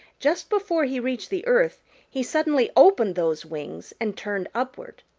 just before he reached the earth he suddenly opened those wings and turned upward.